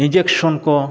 injection ᱠᱚ